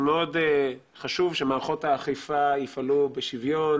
חשוב שמערכות האכיפה יפעלו בשוויון